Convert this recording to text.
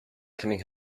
coming